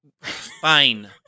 Fine